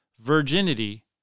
virginity